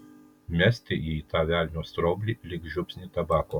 mesti jį į tą velnio straublį lyg žiupsnį tabako